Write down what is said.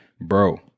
bro